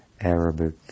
Arabic